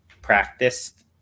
practiced